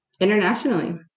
internationally